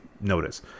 notice